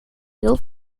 deel